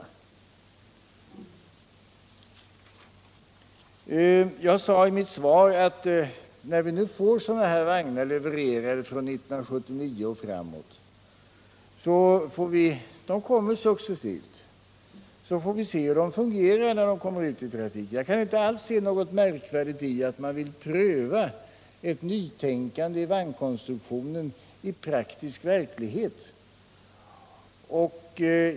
Jag sade i mitt svar att när vi nu får sådana här vagnar levererade från 1979 och framåt — de kommer successivt — får vi se hur de fungerar när de kommer ut i trafiken. Jag kan inte alls se något märkvärdigt i att man vill pröva ett nytänkande i vagnskonstruktion i praktisk verklighet.